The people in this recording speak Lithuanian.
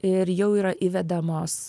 ir jau yra įvedamos